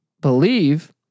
believe